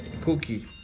Cookie